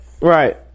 Right